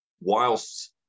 whilst